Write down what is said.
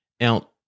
Now